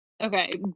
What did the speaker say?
Okay